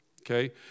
okay